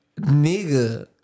Nigga